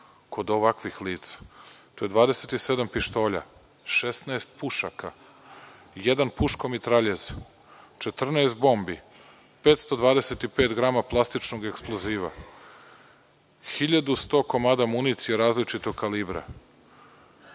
kod ovakvih lica. Tu je 27 pištolja, 16 pušaka, jedan puškomitraljez, 14 bombi, 525 grama plastičnog eksploziva, 1.100 komada municije različitog kalibra,